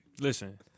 Listen